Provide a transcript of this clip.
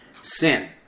Sin